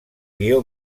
guió